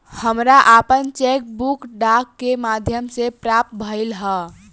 हमरा आपन cheque book डाक के माध्यम से प्राप्त भइल ह